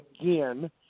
again